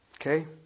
Okay